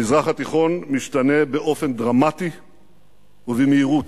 המזרח התיכון משתנה באופן דרמטי ובמהירות.